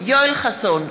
יואל חסון,